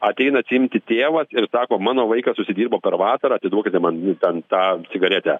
ateina atsiimti tėvas ir sako mano vaikas užsidirbo per vasarą atiduokite man ten tą cigaretę